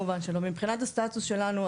מבחינת הסטטוס שלנו,